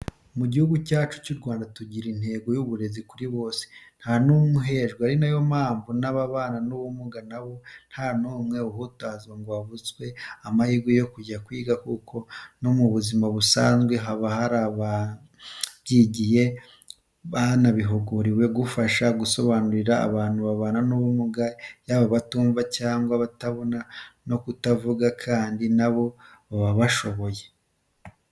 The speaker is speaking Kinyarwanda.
Mu Gihugu cyacu cy'u Rwanda tugira intego y'uburezi kuri bose ntawuhejwe ari na yo mpamvu n'ababana n'ubumuga na bo nta n'umwe uhutazwa ngo avutswe amahirwe yo yo kwiga kuko no mu buzima busanzwe haba hari ababyigiye baba baranabihuguriwe gufasha gusobanurira abantu babana n'ubumuga, yaba kutumva cyangwa kutabona no kutavuga kandi na bo baba bashoboye.